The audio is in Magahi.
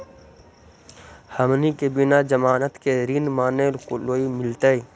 हमनी के बिना जमानत के ऋण माने लोन मिलतई?